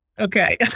okay